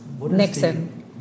Nixon